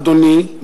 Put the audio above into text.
אדוני,